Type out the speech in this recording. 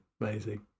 amazing